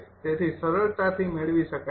તેથી સરળતાથી મેળવી શકાય છે